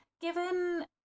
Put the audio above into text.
given